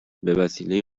بهوسیله